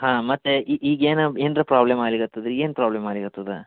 ಹಾಂ ಮತ್ತೆ ಈಗೇನು ಏನು ಏನರ ಪ್ರಾಬ್ಲಮ್ ಆಗಲಿಕತ್ತದಾ ಏನು ಪ್ರಾಬ್ಲಮ್ ಆಗಲಿಕತ್ತದಾ